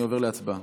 אני עובר להצבעה.